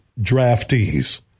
draftees